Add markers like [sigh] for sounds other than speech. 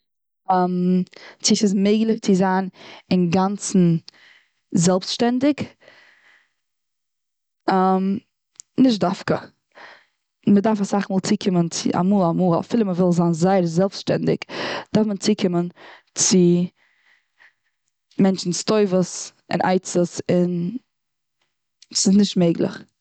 צו ס'איז מעגליך צו זיין אינגאנצן זעלבסשטענדיג? [hesitation] נישט דוקא. מ'דארף אסאך מאל צוקומען צו, אמאל אמאל אפילו מ'וויל זיין זייער זעלבסשטענדיג, דארף מען צוקומען צו מענטשנס טובות, און עצות, און ס'איז נישט מעגליך.